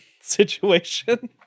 situation